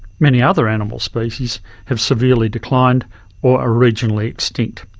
many other animal species have severely declined or are regionally extinct,